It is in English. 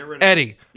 Eddie